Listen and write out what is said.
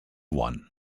one